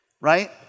right